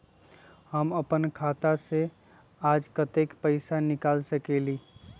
हम अपन खाता से आज कतेक पैसा निकाल सकेली?